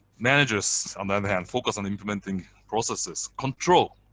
managers on the other hand, focus on implementing processes, control.